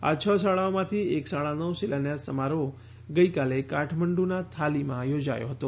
આ છ શાળાઓમાંથી એક શાળાનો શિલાન્યાસ સમારોહ ગઈકાલે કાઠમાડુંનાં થાલીમાં યોજાયો હતોં